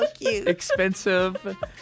expensive